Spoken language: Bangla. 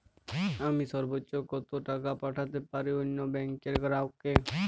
আমি সর্বোচ্চ কতো টাকা পাঠাতে পারি অন্য ব্যাংক র গ্রাহক কে?